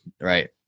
Right